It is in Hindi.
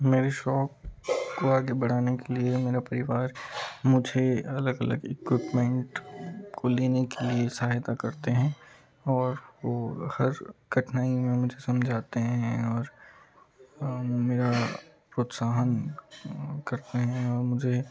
मेरी शॉप को आगे बढ़ाने के लिए मेरा परिवार मुझे अलग अलग इक्विपमेंट को लेने के लिए सहायता करते हैं और वो हर कठिनाई में मुझे समझाते हैं और मेरा प्रोत्साहन करते हैं और मुझे